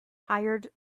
hired